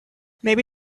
maybe